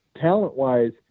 talent-wise